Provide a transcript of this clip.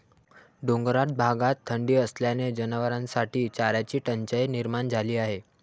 डोंगराळ भागात थंडी असल्याने जनावरांसाठी चाऱ्याची टंचाई निर्माण झाली आहे